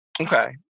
Okay